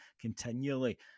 continually